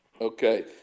Okay